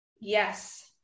Yes